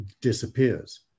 disappears